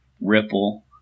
Ripple